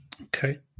Okay